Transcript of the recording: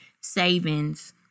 savings